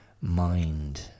mind